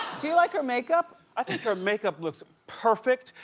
do you like her makeup? i think her makeup looks perfect.